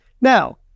Now